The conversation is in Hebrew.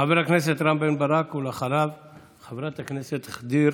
חבר הכנסת רם בן ברק, ואחריו, חברת הכנסת ע'דיר